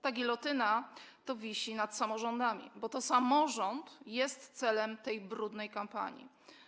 Ta gilotyna to wisi nad samorządami, bo to samorząd jest celem tej brudnej kampanii.